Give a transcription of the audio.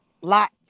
lots